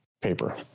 paper